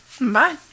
Bye